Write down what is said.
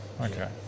Okay